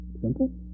Simple